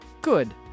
Good